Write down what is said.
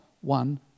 one